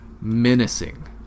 menacing